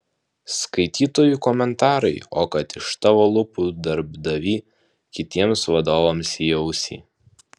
skaitytojų komentarai o kad iš tavo lūpų darbdavy kitiems vadovams į ausį